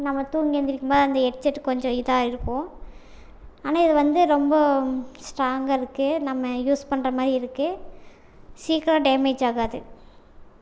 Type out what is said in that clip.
நம்ம தூங்கி எந்திருக்கும்போது அந்த ஹெட்செட் கொஞ்சம் இதாகயிருக்கும் ஆனால் இது வந்து ரொம்ப ஸ்ட்ராங்காக இருக்குது நம்ம யூஸ் பண்ணுற மாதிரி இருக்குது சீக்கிரம் டேமேஜ் ஆகாது